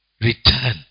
return